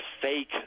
fake